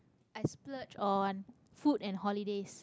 i splurge on food and holidays